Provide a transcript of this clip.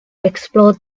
explore